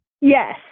Yes